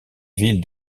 ville